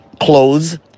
clothes